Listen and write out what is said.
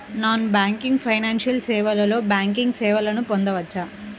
Non banking financial సేవలో banking సేవలను పొందవచ్చా?